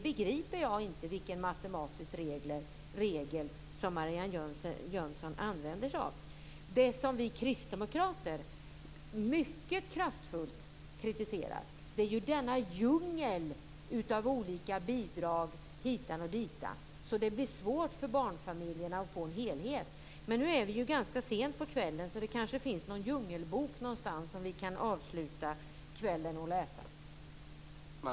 Det som vi kristdemokrater mycket kraftfullt kritiserar är denna djungel av olika bidrag hit och dit som gör det svårt för barnfamiljerna att få en helhet. Men nu är det ju ganska sent på kvällen, så det kanske finns någon djungelbok någonstans som vi kan avsluta kvällen med att läsa.